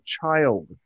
child